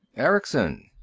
erickson?